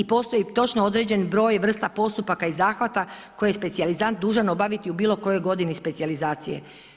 postoji točno određen broj, vrsta, postupaka i zahvata koje je specijalizant dužan obaviti u bilo kojoj godini specijalizacije.